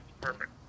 perfect